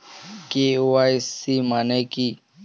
KYC মানে কী?